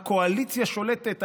שהקואליציה שולטת,